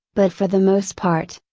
but for the most part,